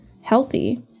healthy